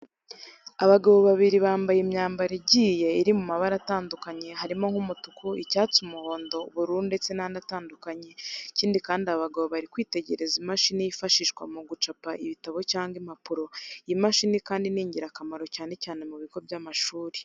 Abagabo babiri bambaye imyambaro igiye iri mu mabara atandukanye harimo nk'umutuku, icyatsi, umuhondo, ubururu ndtse n'andi atandukanye. Ikindi kandi aba bagabo bari kwitegereza imashini yifashishwa mu gucapa ibitabo cyangwa impapuro. Iyi mashini kandi ni ingirakamaro cyane cyane mu bigo by'amashuri.